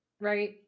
Right